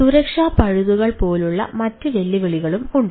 സുരക്ഷാ പഴുതുകൾ പോലുള്ള മറ്റ് വെല്ലുവിളികളും ഉണ്ട്